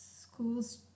school's